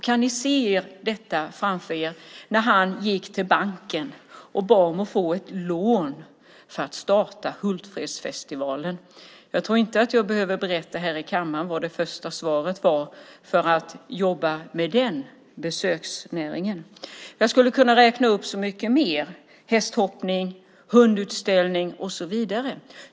Kan ni se framför er hur han gick till banken och bad om att få ett lån för att starta Hultsfredsfestivalen? Jag tror inte jag behöver berätta här i kammaren vad det första svaret var när det gällde att jobba med den besöksnäringen. Jag skulle kunna räkna upp så mycket mer: hästhoppning, hundutställning och så vidare.